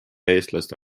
eestlaste